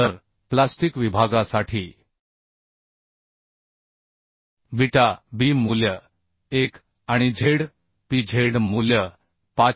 तर प्लास्टिक विभागासाठी beta B मूल्य 1 आणि zpz मूल्य 554